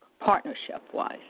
Partnership-wise